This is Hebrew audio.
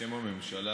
בשם הממשלה,